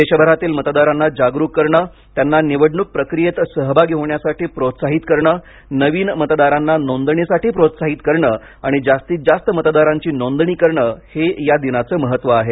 देशभरातील मतदारांना जागरूक करणे त्यांना निवडणूक प्रक्रियेत सहभागी होण्यासाठी प्रोत्साहित करणे नवीन मतदारांना नोंदणीसाठी प्रोत्साहित करणे आणि जास्तीत जास्त मतदारांची नोंदणी करणे हे या दिनाचे महत्त्व आहे